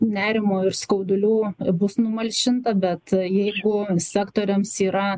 nerimo ir skaudulių bus numalšinta bet jeigu sektoriams yra